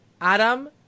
Adam